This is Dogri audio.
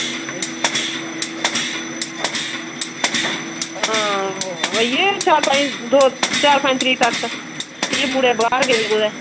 होई कोई चार पंज दो चार पंज तरीक तक्क कि मुड़े बाहर गेदे कुदै